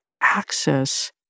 access